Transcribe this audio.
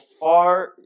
far